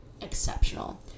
exceptional